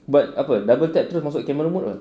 but apa double tap terus masuk camera mode apa